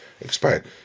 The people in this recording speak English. expired